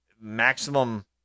maximum